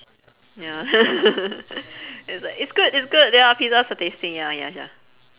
ya it's like it's good it's good their pizzas are tasty ya ya ya